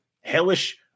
hellish